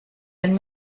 and